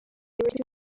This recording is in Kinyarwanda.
radio